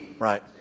Right